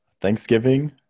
Thanksgiving